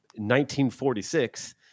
1946